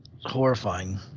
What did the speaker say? horrifying